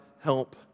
help